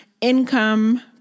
income